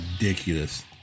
ridiculous